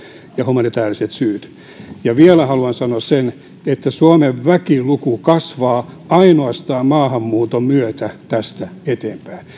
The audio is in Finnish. ja humanitääriset syyt vielä haluan sanoa sen että suomen väkiluku kasvaa ainoastaan maahanmuuton myötä tästä eteenpäin